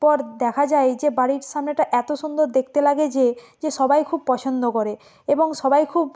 পর দেখা যায় যে বাড়ির সামনেটা এতো সুন্দর দেখতে লাগে যে যে সবাই খুব পছন্দ করে এবং সবাই খুব